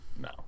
no